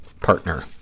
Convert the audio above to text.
partner